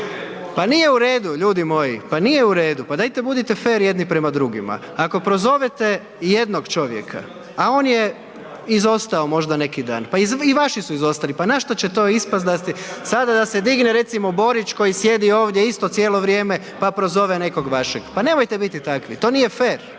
Pa nije u redu, ljudi moji, pa nije u redu, pa dajte budite fer jedni prema drugima. Ako prozovete jednog čovjeka, a on je izostao možda neki dan, pa i vaši su izostali, pa na što će to ispast da, sada da se digne recimo Borić koji sjedi ovdje isto cijelo vrijeme pa prozove nekog vašeg. Pa nemojte biti takvi, to nije fer,